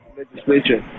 legislature